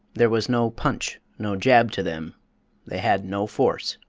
there was no punch, no jab to them they had no force.